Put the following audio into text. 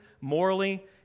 morally